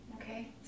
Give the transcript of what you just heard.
Okay